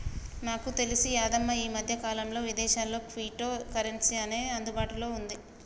నాకు తెలిసి యాదమ్మ ఈ మధ్యకాలంలో విదేశాల్లో క్విటో కరెన్సీ అనేది అందుబాటులో ఉంది